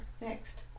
Next